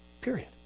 Period